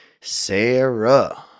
Sarah